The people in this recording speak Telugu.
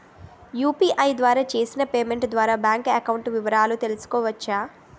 యు.పి.ఐ ద్వారా చేసిన పేమెంట్ ద్వారా బ్యాంక్ అకౌంట్ వివరాలు తెలుసుకోవచ్చ?